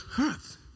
earth